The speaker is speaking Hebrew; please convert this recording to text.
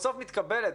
בסוף מתקבלת.